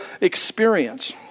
experience